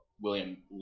William